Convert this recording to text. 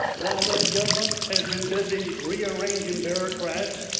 while this government has been busy rearranging bureaucrats,